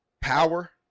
Power